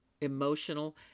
emotional